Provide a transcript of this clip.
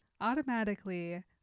Automatically